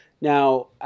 Now